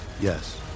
Yes